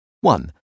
One